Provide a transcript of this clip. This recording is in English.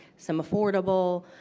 some affordable,